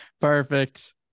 Perfect